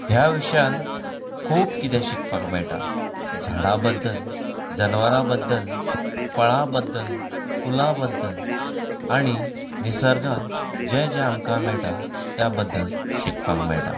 ह्या विशयान खूब किदें शिकपाक मेळटा झाडां बद्दल जनावरां बद्दल फळां बद्दल फुलां बद्दल आनी निर्सगान जें जें आमकां मेळटा त्या बद्दल शिकपाक मेळटा